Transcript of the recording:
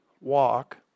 walk